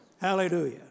Hallelujah